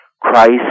Christ